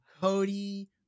Cody